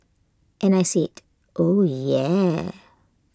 and I said oh yeah